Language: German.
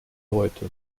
leute